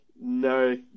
no